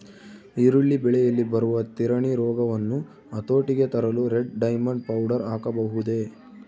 ಈರುಳ್ಳಿ ಬೆಳೆಯಲ್ಲಿ ಬರುವ ತಿರಣಿ ರೋಗವನ್ನು ಹತೋಟಿಗೆ ತರಲು ರೆಡ್ ಡೈಮಂಡ್ ಪೌಡರ್ ಹಾಕಬಹುದೇ?